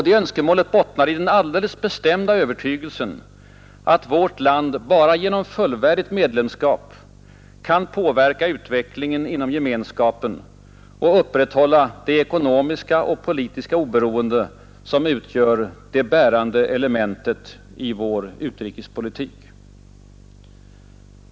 Det önskemålet bottnar i den alldeles bestämda övertygelsen att vårt land bara genom fullvärdigt medlemskap kan påverka utvecklingen inom Gemenskapen och upprätthålla det ekonomiska och politiska oberoende som utgör det bärande elementet i vår neutrala utrikespolitik.